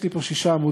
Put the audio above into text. יש לי פה שישה עמודים,